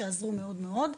שעזרו מאוד מאוד,